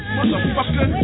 Motherfucker